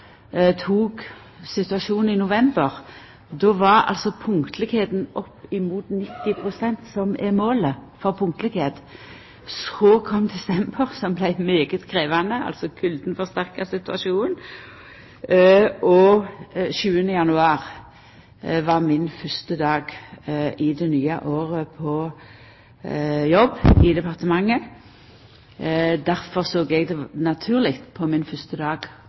i november. Då var toga punktlege med opp mot 90 pst. Det er det som er målet for punktlegheit. Så kom desember, som vart svært krevjande. Kulda forsterka situasjonen. 7. januar var min fyrste dag i det nye året på jobb i departementet. Difor var det naturleg på min fyrste dag